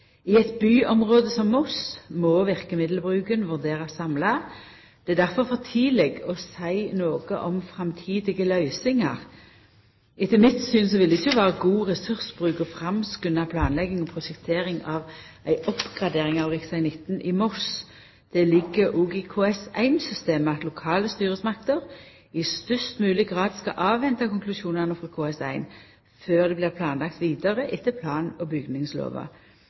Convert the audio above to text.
I eit byområde som Moss må verkemiddelbruken vurderast samla. Det er difor for tidleg å seia noko om framtidige løysingar. Etter mitt syn vil det ikkje vera god ressursbruk å framskunda planlegging og prosjektering av ei oppgradering av rv. 19 i Moss. Det ligg òg i KS1-systemet at lokale styresmakter i størst mogleg grad skal avventa konklusjonane frå KS1 før det blir planlagt vidare etter plan- og bygningslova.